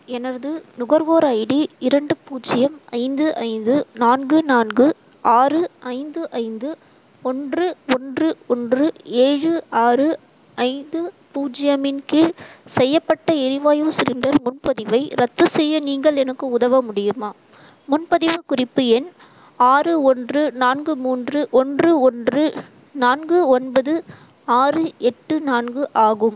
எனது நுகர்வோர் ஐடி இரண்டு பூஜ்ஜியம் ஐந்து ஐந்து நான்கு நான்கு ஆறு ஐந்து ஐந்து ஒன்று ஒன்று ஒன்று ஏழு ஆறு ஐந்து பூஜ்ஜியமின் கீழ் செய்யப்பட்ட எரிவாயு சிலிண்டர் முன்பதிவை ரத்து செய்ய நீங்கள் எனக்கு உதவ முடியுமா முன்பதிவு குறிப்பு எண் ஆறு ஒன்று நான்கு மூன்று ஒன்று ஒன்று நான்கு ஒன்பது ஆறு எட்டு நான்கு ஆகும்